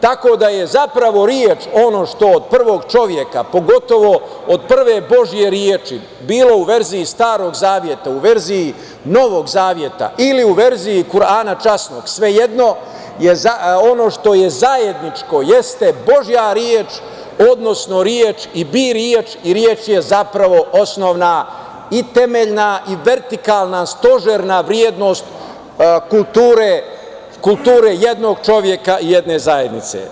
Tako da je zapravo reč ono što od prvog čoveka, pogotovo od prve Božije reči bilo u verziji Starog zaveta, u verziji Novog zaveta ili u verziji Kurhana časnog, svejedno, ono što je zajedničko jeste Božja reč, odnosno reč i bi reč i reč je zapravo i osnovna i temeljna i vertikalna, stožerna vrednost kulture jednog čoveka, jedne zajednice.